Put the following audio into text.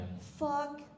Fuck